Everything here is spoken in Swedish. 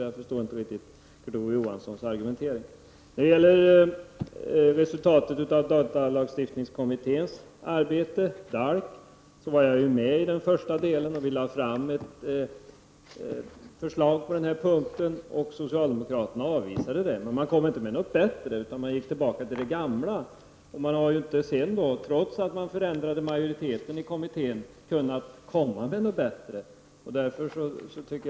Jag förstår inte riktigt Kurt Ove Johanssons argumentering. Jag var med i den första delen av datalagstiftningskommitténs arbete, DALK, och vi lade fram ett förslag på den här punkten. Socialdemokraterna avvisade förslaget. Men de kom inte med något bättre förslag, utan man gick tillbaka till det gamla. Trots att majoriteten i kommittén förändrades, har man inte kunnat komma med något bättre förslag.